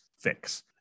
fix